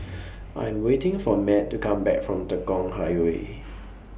I Am waiting For Mat to Come Back from Tekong Highway